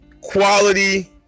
quality